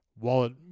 wallet